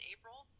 April